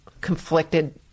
conflicted